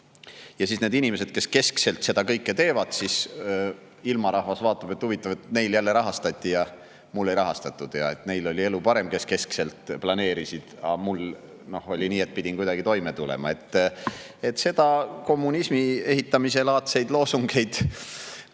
siis [on] inimesi, kes keskselt seda kõike teevad, aga [muu] ilmarahvas vaatab, et huvitav, neil jälle rahastati, mul ei rahastatud, neil on elu parem, kes keskselt planeerisid, aga mul on nii, et pean kuidagi toime tulema. Kommunismi ehitamise laadseid loosungeid